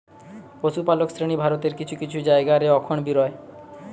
পশুপালক শ্রেণী ভারতের কিছু কিছু জায়গা রে অখন বি রয়